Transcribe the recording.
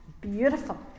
beautiful